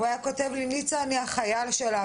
הוא היה כותב לי 'ניצה, אני החייל שלך'.